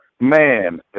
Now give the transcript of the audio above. Man